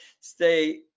Stay